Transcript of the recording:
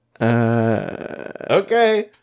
Okay